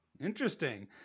Interesting